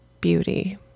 beauty